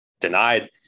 denied